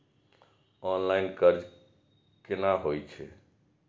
Online कर्ज केना होई छै?